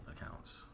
accounts